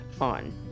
on